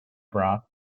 brass